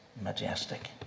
majestic